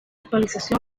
actualización